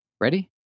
Ready